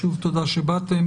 שוב תודה שבאתם.